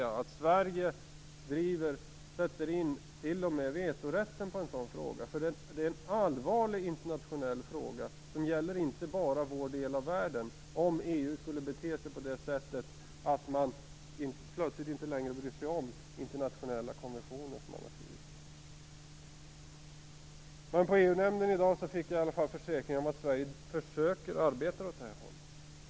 Jag förutsätter att Sverige sätter in t.o.m. vetorätten i en sådan fråga. Det är en allvarlig internationell fråga, som inte bara gäller vår del av världen, om EU skulle bete sig på det sättet att man plötsligt inte längre bryr sig om internationella konventioner som man har skrivit på. På EU-nämndens sammanträde i dag fick jag i alla fall försäkringar om att Sverige försöker arbeta åt det här hållet.